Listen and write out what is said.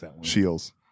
Shields